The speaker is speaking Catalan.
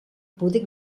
poder